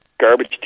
Garbage